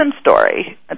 story